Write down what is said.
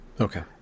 okay